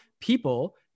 people